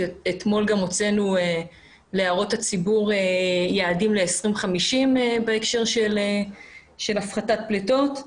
שאתמול גם הוצאנו להערות הציבור יעדים ל-2050 בהקשר של הפחתת פליטות.